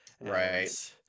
Right